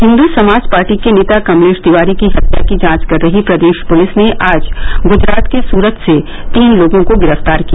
Hindu Samaj party के नेता कमलेश तिवारी की हत्या की जांच कर रही प्रदेश पुलिस ने आज ग्जरात के सुरत से तीन लोगों को गिरफ्तार किया